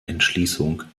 entschließung